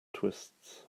twists